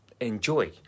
enjoy